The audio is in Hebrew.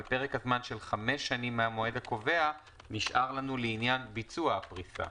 אבל פרק הזמן של חמש שנים מן המועד הקובע נשאר לנו לעניין ביצוע הפריסה.